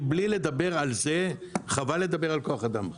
כי בלי לדבר על זה חבל לדבר על כוח אדם בכלל.